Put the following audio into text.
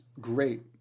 great